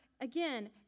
again